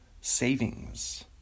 savings